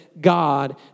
God